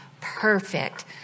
perfect